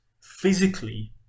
physically